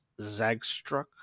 Zagstruck